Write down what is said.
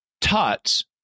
Tut's